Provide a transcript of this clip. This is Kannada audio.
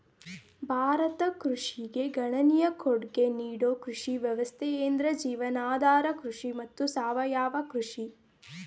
ಭಾರತ ಕೃಷಿಗೆ ಗಣನೀಯ ಕೊಡ್ಗೆ ನೀಡೋ ಕೃಷಿ ವ್ಯವಸ್ಥೆಯೆಂದ್ರೆ ಜೀವನಾಧಾರ ಕೃಷಿ ಮತ್ತು ಸಾವಯವ ಕೃಷಿ